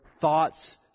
thoughts